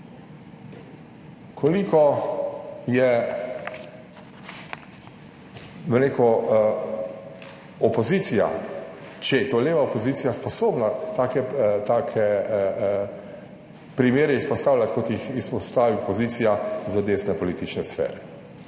rekel, opozicija, če je to leva opozicija sposobna take primere izpostavljati, kot jih izpostavi pozicija z desne politične sfere.